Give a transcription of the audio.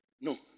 No